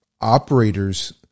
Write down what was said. operator's